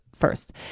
first